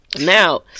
Now